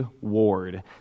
Ward